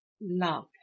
love